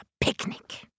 picnic